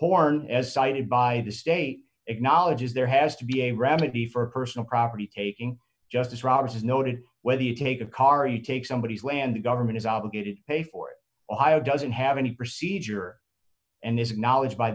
horn as cited by the state acknowledges there has to be a remedy for personal property taking justice roberts noted whether you take a car you take somebody when the government is obligated to pay for it ohio doesn't have any procedure and is acknowledged by